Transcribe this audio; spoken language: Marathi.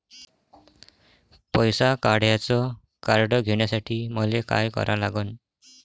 पैसा काढ्याचं कार्ड घेण्यासाठी मले काय करा लागन?